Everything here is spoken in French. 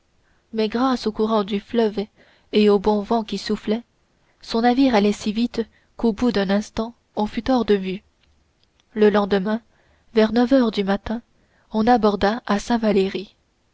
mais grâce au courant du fleuve et au bon vent qui soufflait son navire allait si vite qu'au bout d'un instant on fut hors de vue le lendemain vers neuf heures du matin on aborda à saint valery